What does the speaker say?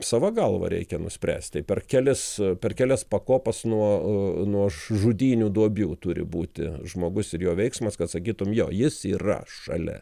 sava galva reikia nuspręsti per kelis per kelias pakopas nuo nuo žudynių duobių turi būti žmogus ir jo veiksmas kad sakytum jo jis yra šalia